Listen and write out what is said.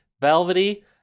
velvety